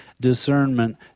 discernment